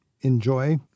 enjoy